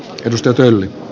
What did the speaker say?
risto pelli